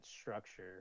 structure